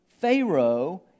Pharaoh